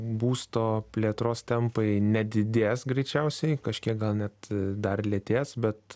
būsto plėtros tempai nedidės greičiausiai kažkiek gal net dar lėtės bet